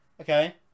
Okay